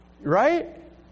Right